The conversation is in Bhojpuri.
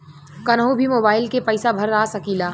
कन्हू भी मोबाइल के पैसा भरा सकीला?